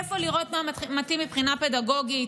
איפה לראות מה מתאים מבחינה פדגוגית,